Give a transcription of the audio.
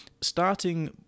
starting